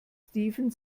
steven